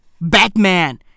Batman